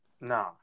no